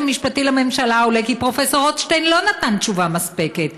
המשפטי לממשלה עולה כי פרופ' רוטשטיין לא נתן תשובה מספקת.